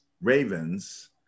Ravens